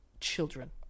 children